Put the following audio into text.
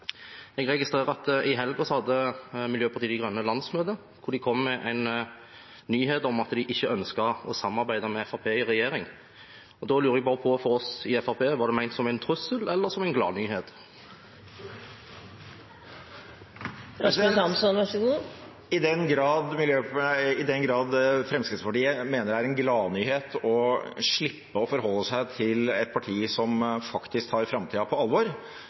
Jeg registrerer at i helgen hadde Miljøpartiet De Grønne landsmøte. De kom med en nyhet om at de ikke ønsker å samarbeide med Fremskrittspartiet i regjering. Da lurer jeg på, fra oss i Fremskrittspartiet: Var det ment som en trussel eller som en gladnyhet? I den grad Fremskrittspartiet mener det er en gladnyhet å slippe å forholde seg til et parti som faktisk tar framtida på alvor,